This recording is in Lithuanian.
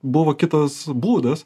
buvo kitas būdas